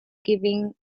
giving